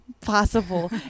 possible